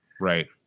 Right